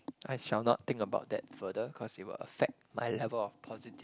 I shall not think about that further cause it will affect my level of positive